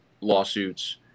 lawsuits